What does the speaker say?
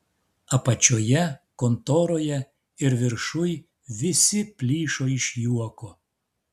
apačioje kontoroje ir viršuj visi plyšo iš juoko